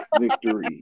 victory